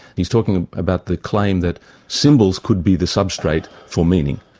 he's talking about the claim that symbols could be the substrate for meaning,